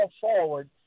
forward